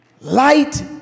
light